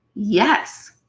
yes!